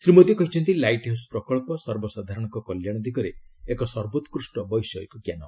ଶ୍ରୀ ମୋଦି କହିଛନ୍ତି lighthouse ପ୍ରକଳ୍ପ ସର୍ବସାଧାରଣଙ୍କ କଲ୍ୟାଣ ଦିଗରେ ଏକ ସର୍ବୋକୁଷ୍ଟ ବୈଷୟିକ ଜ୍ଞାନ